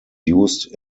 used